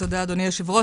תודה, אדוני היושב-ראש.